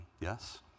yes